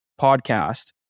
podcast